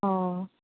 ᱚ